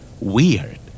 Weird